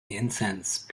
incense